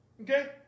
Okay